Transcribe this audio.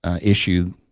issue